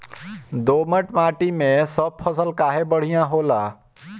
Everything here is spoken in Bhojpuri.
दोमट माटी मै सब फसल काहे बढ़िया होला?